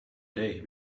day